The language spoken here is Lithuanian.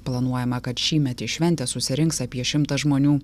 planuojama kad šįmet į šventę susirinks apie šimtas žmonių